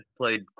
played